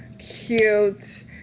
cute